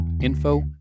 info